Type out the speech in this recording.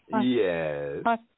Yes